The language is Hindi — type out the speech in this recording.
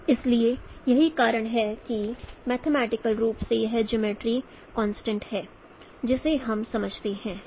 इसलिए यही कारण है कि मैथमेटिकल रूप से यह जियोमर्ट्री कंस्ट्रेंट है जिसे हम समझते हैं